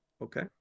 Okay